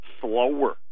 slower